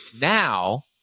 Now